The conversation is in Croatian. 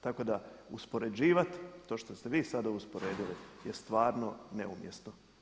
Tako da uspoređivati to što ste vi sada usporedili je stvarno neumjesno.